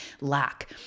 lack